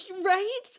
Right